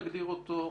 נגדיר אותו,